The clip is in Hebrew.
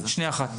שי, שנייה אחת.